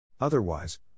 Otherwise